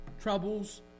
troubles